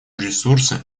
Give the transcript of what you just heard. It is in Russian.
ресурсы